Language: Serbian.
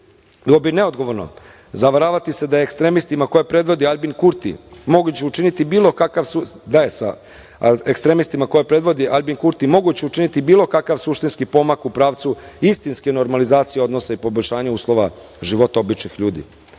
bilo bi neodgovorno zavaravati se da ekstremistima koje predvodi Aljbin Kurti moguće učiniti bilo kakav suštinski pomak u pravcu istinske normalizacije odnosa i poboljšanja uslova života običnih ljudi.